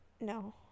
No